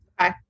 Okay